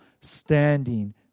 standing